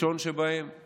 הראשון שבהם הוא